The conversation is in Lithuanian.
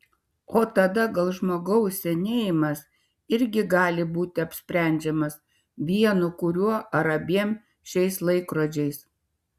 o tada gal žmogaus senėjimas irgi gali būti apsprendžiamas vienu kuriuo ar abiem šiais laikrodžiais